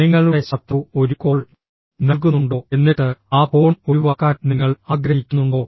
നിങ്ങളുടെ ശത്രു ഒരു കോൾ നൽകുന്നുണ്ടോ എന്നിട്ട് ആ ഫോൺ ഒഴിവാക്കാൻ നിങ്ങൾ ആഗ്രഹിക്കുന്നുണ്ടോ